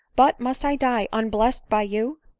but must i die unblest by you?